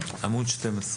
עמוד 12,